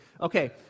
Okay